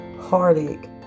heartache